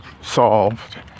solved